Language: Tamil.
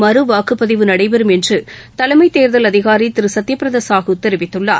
மறு வாக்குப்பதிவு நடைபெறும் என்று தலைமைத் தேர்தல் அதிகாரி திரு சுத்யபிரத சாஹூ தெரிவித்துள்ளார்